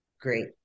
Great